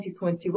2021